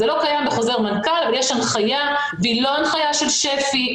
זה לא קיים בחוזר מנכ"ל אבל יש הנחיה והיא לא הנחיה של שפ"י,